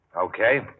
Okay